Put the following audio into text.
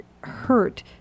hurt